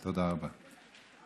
תודה רבה.